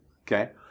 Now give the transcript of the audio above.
Okay